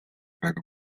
väga